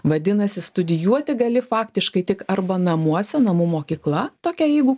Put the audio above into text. vadinasi studijuoti gali faktiškai tik arba namuose namų mokykla tokia jeigu